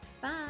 Bye